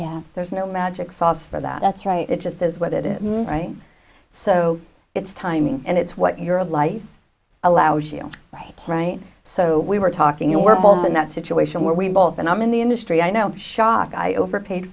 is there's no magic sauce for that that's right it just is what it is right so it's timing and it's what your of life allows you right right so we were talking you were both in that situation where we both and i'm in the industry i know shock i overpaid